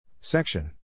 Section